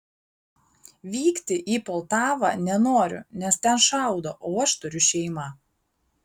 vykti į poltavą nenoriu nes ten šaudo o aš turiu šeimą